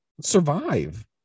survive